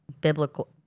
biblical